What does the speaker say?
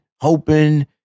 hoping